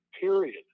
period